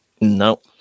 No